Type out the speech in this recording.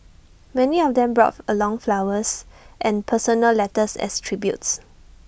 many of them brought along flowers and personal letters as tributes